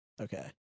Okay